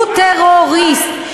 הוא טרוריסט.